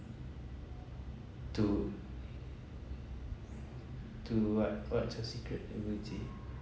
to to what what's your secret in